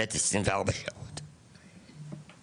להיקלט ל-24 שעות ביממה